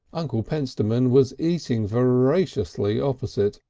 uncle pentstemon was eating voraciously opposite,